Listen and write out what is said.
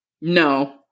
No